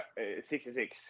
66